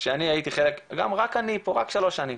שאני הייתי חלק, אני פה רק שלוש שנים,